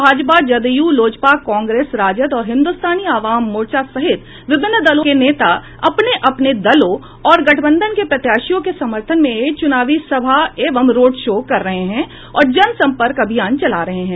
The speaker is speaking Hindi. भाजपा जदयू लोजपा कांग्रेस राजद और हिन्दुस्तानी अवाम मोर्चा सहित विभिन्न दलों के नेता अपने अपने दलों और गठबंधन के प्रत्याशियों के समर्थन में चुनावी सभाएं रोड शो कर रहे हैं और जनसंपर्क अभियान चला रहे हैं